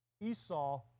Esau